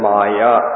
Maya